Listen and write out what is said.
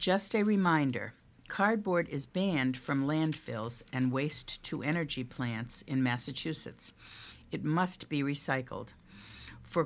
just a reminder cardboard is banned from landfills and waste to energy plants in massachusetts it must be recycled for